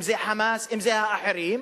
אם "חמאס" ואם האחרים,